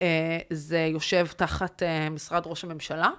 זה יושב תחת משרד ראש הממשלה.